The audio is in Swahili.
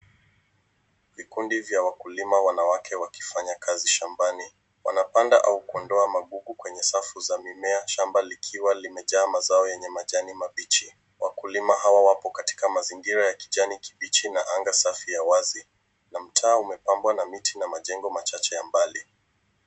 Vikundi vya wakulima wanawake wakifanya kazi shambani. Wanapanda au kuondoa magugu kwenye safu za mimea, shamba likiwa limejaa mazao yenye majani mabichi. Wakulima hawa wako kwa mazingira ya kijani kibichi na anga safi ya wazi na mtaa umepambwa na miti na majengo machache ya mbali.